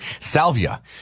salvia